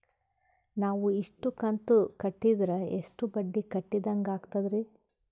ನಾವು ಇಷ್ಟು ಕಂತು ಕಟ್ಟೀದ್ರ ಎಷ್ಟು ಬಡ್ಡೀ ಕಟ್ಟಿದಂಗಾಗ್ತದ್ರೀ?